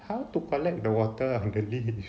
how to collect the water on the leaf